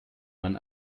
man